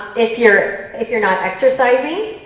if you're if you're not exercising,